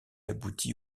abouti